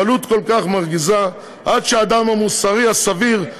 בקלות כל כך מרגיזה, עד שהאדם המוסרי, הסביר,